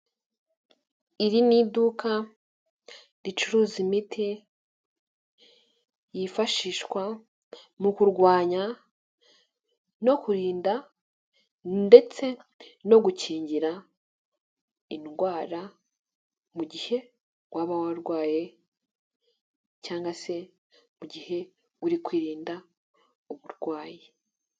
Iri ni iduka ricuruza imiti yifashishwa mu kurwanya no kurinda ndetse no gukingira indwara mu gihe waba warwaye cyangwa se mu gihe uri kwirinda uburwayi.